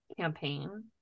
campaign